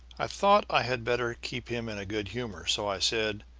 i thought i had better keep him in a good humor, so i said